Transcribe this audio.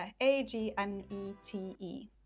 A-G-N-E-T-E